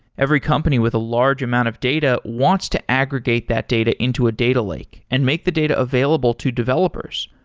every company with a large amount of data wants to aggregate that data into a data lake and make the data available to developers.